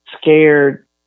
scared